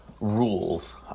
rules